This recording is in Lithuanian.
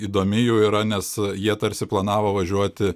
įdomi jų yra nes jie tarsi planavo važiuoti